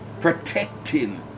protecting